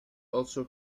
also